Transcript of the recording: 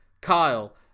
kyle